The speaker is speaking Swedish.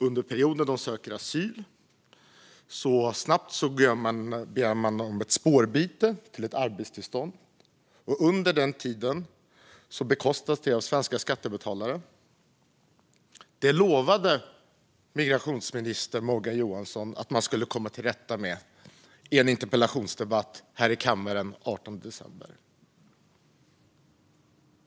Under den period då de söker asyl begär de ett spårbyte till ett arbetstillstånd, och under den tiden bekostas det hela av svenska skattebetalare. Detta lovade migrationsminister Morgan Johansson att man skulle komma till rätta med i en interpellationsdebatt här i kammaren den 18 december.